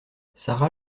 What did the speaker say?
sara